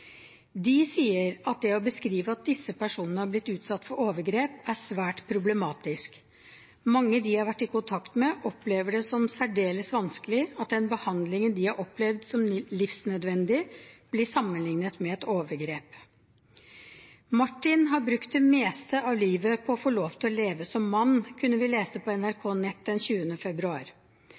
De sier at det å beskrive at disse personene har blitt utsatt for overgrep, er svært problematisk. Mange de har vært i kontakt med, opplever det som særdeles vanskelig at den behandlingen de har opplevd som livsnødvendig, blir sammenlignet med et overgrep. Martin har brukt det meste av livet på å få lov til å leve som mann, kunne vi lese på NRKs nettsider den 20. februar.